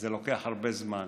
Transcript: לוקח הרבה זמן.